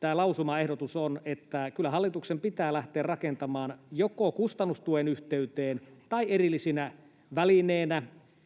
tämä lausumaehdotus on, että kyllä hallituksen pitää lähteä rakentamaan joko kustannustuen yhteyteen tai erillisenä välineenä